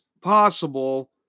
possible